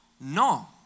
no